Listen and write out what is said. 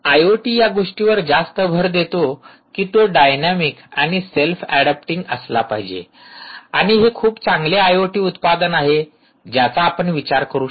IoT या गोष्टीवर जास्त भर देतो कि तो डायनॅमिक आणि सेल्फ एडॅप्टिंग असला पाहिजे आणि हे खूप चांगले आयओटी उत्पादन आहे ज्याचा आपण विचार करू शकता